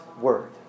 word